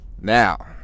Now